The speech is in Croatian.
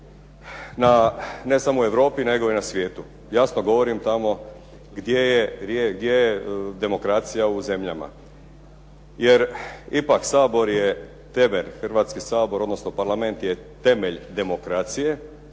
ne samo u Europi nego i na svijetu. Jasno, govorim tamo gdje je demokracija u zemljama. Jer ipak Sabor je temelj. Hrvatski sabor odnosno parlament je temelj demokracije